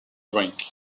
drinks